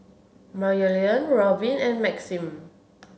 Maryellen Robyn and Maxim